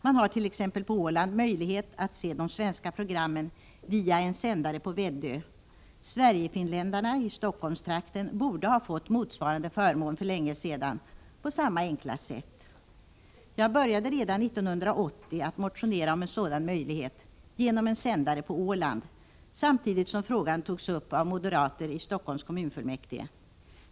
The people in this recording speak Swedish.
Man hart.ex. på Åland möjlighet att se de svenska programmen via en sändare på Väddö. Sverigefinländarna i Stockholmstrakten borde ha fått motsvarande förmån för länge sedan på samma enkla sätt. Jag började redan 1980 att motionera om att man skulle skapa en sådan möjlighet genom en sändare på Åland samtidigt som frågan togs upp av moderater i Stockholms kommunfullmäktige.